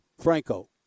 Franco